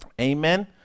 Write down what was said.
amen